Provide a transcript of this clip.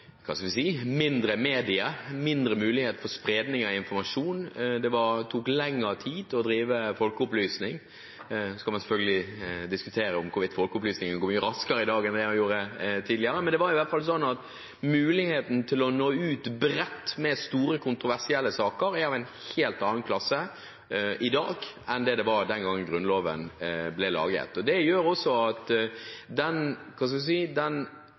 det var mindre media, mindre muligheter for spredning av informasjon, og det tok lengre tid å drive folkeopplysning. Så kan man selvfølgelig diskutere hvorvidt folkeopplysningen går mye raskere i dag enn tidligere, men det er i hvert fall sånn at muligheten til å nå bredt ut med store kontroversielle saker er av en helt annen klasse i dag enn det var den gangen Grunnloven ble laget. Det gjør også at